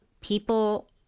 people